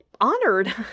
honored